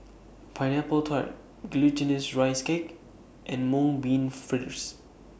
Pineapple Tart Glutinous Rice Cake and Mung Bean Fritters